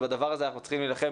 ובדבר הזה אנחנו צריכים להיחלם,